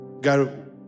God